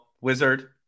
wizard